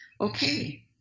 Okay